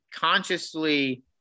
consciously